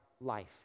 life